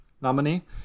nominee